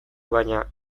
baina